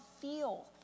feel